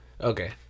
Okay